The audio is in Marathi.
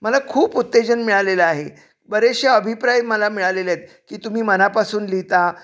मला खूप उत्तेजन मिळालेलं आहे बरेचसे अभिप्राय मला मिळालेले आहेत की तुम्ही मनापासून लिहिता